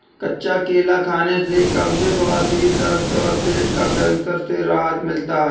कच्चा केला खाने से कब्ज, बवासीर, दस्त और पेट का कैंसर से राहत मिलता है